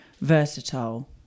versatile